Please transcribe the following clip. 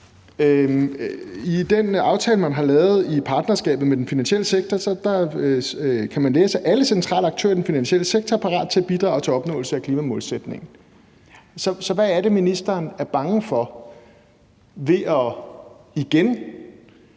I den aftale, der er lavet, i partnerskabet med den finansielle sektor kan man læse, at alle centrale aktører i den finansielle sektor er klar til at bidrage til opnåelse af klimamålsætningen. Så hvad er det, ministeren er bange for ved igen